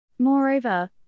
Moreover